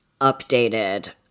updated